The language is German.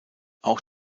auch